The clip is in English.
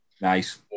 Nice